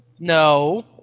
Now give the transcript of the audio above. No